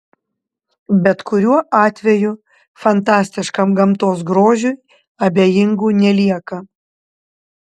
bet kuriuo atveju fantastiškam gamtos grožiui abejingų nelieka